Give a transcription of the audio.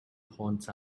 haunts